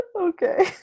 okay